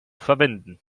verwenden